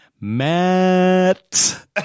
Matt